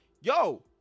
yo